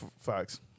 Fox